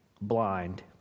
blind